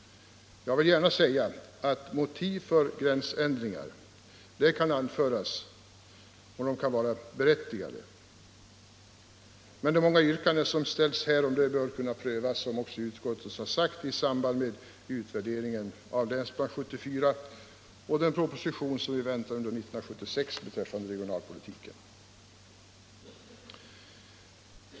Jag vill framhålla att motiv för gränsändringar kan anföras och vara berättigade. Men de många yrkanden som ställts härom bör kunna prövas, vilket också utskottet sagt, i samband med utvärderingen av Länsplan 74 och behandlingen av den proposition som vi väntar under 1976 beträffande regionalpolitiken.